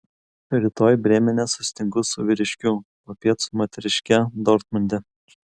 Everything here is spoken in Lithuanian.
rytoj brėmene susitinku su vyriškiu popiet su moteriške dortmunde